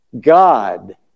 God